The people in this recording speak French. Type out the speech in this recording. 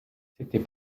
c’était